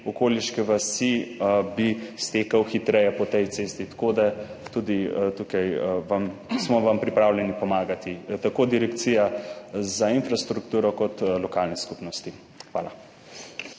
okoliške vasi, bi stekel hitreje po tej cesti. Tako da tudi tukaj smo vam pripravljeni pomagati, tako Direkcija za infrastrukturo kot lokalne skupnosti. Hvala.